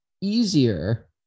easier